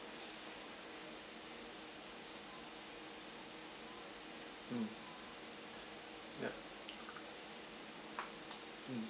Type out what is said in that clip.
mm yeah mm